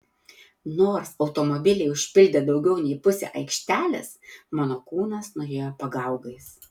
nors automobiliai užpildė daugiau nei pusę aikštelės mano kūnas nuėjo pagaugais